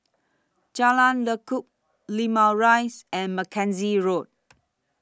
Jalan Lekub Limau Rise and Mackenzie Road